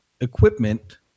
equipment